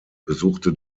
besuchte